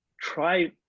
try